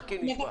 חכי, נשמע.